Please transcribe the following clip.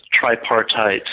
tripartite